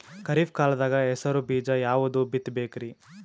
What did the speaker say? ಖರೀಪ್ ಕಾಲದಾಗ ಹೆಸರು ಬೀಜ ಯಾವದು ಬಿತ್ ಬೇಕರಿ?